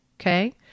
Okay